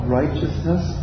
righteousness